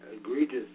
egregious